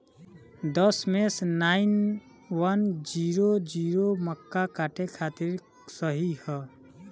दशमेश nine one zero zero मक्का काटे खातिर सही ह?